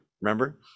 Remember